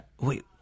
Wait